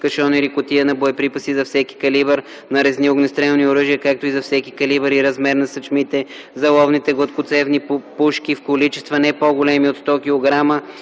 (кашон или кутия) на боеприпаси за всеки калибър нарезни огнестрелни оръжия, както и за всеки калибър и размер на сачмите за ловните гладкоцевни пушки в количества не по-големи от 100 кг,